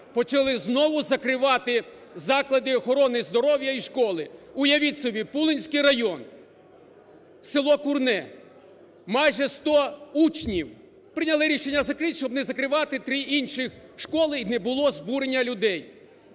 Почали знову закривати заклади охорони здоров'я і школи. Уявіть собі, Пулинський район, село Курне, майже 100 учнів – прийняли рішення закрить, щоб не закривати три інших школи і не було збурення людей.